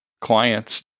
clients